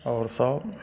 आओर सब